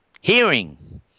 Hearing